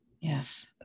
yes